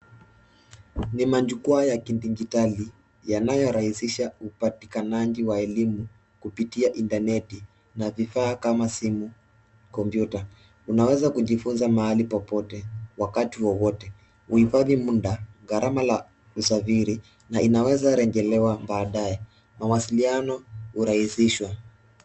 Ni majukwaa ya kidijitali, yanayorahisisha upatikanaji wa elimu, kupitia intaneti, na vifaa kama simu, kompyuta, unaweza kujifunza mahali popote, wakati wowote. Huhifadhi muda, gharama la usafiri, na inaweza rejelewa baadaye, mawasiliano hurahisishwa.